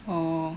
oh